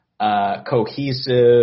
cohesive